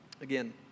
Again